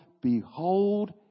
behold